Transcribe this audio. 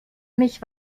mich